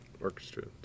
orchestra